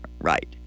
Right